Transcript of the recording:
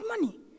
money